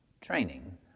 training